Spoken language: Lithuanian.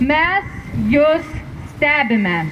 mes jus stebime